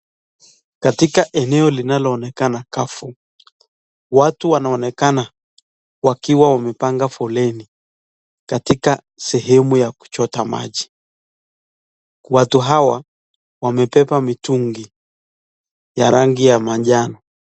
Katika eneo linaloonekana kavu, watu wanaonekana wakiwa wamepanga foleni katika sehemu ya kuchota maji, watu hawa wamebeba mitungi ya rangi ya majano.